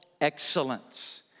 excellence